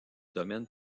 domaine